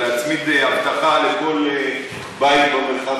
להצמיד אבטחה לכל בית במרחב,